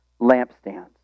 lampstands